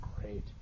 great